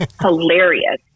hilarious